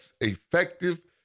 effective